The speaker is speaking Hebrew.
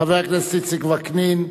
חבר הכנסת איציק וקנין,